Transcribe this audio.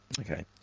Okay